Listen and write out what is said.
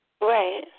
Right